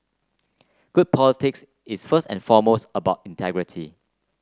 good politics is first and foremost about integrity